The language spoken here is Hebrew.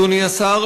אדוני השר,